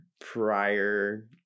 Prior